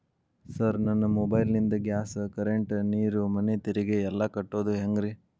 Sir ನನ್ನ mobile ನಿಂದ gas, current, ನೇರು, ಮನೆ ತೆರಿಗೆ ಎಲ್ಲಾ ಕಟ್ಟೋದು ಹೆಂಗ್ರಿ?